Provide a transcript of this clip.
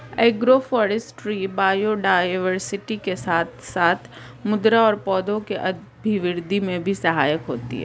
agroforestry biodiversity के साथ साथ मृदा और पौधों के अभिवृद्धि में भी सहायक होती है